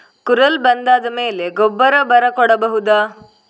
ಕುರಲ್ ಬಂದಾದ ಮೇಲೆ ಗೊಬ್ಬರ ಬರ ಕೊಡಬಹುದ?